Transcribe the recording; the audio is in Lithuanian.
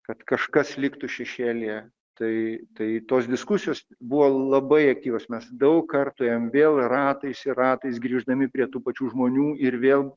kad kažkas liktų šešėlyje tai tai tos diskusijos buvo labai aktyvios mes daug kartų ėjom vėl ratais ir ratais grįždami prie tų pačių žmonių ir vėl